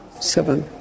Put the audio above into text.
Seven